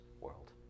world